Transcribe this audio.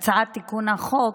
בהצעת תיקון החוק,